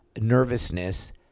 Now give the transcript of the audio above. nervousness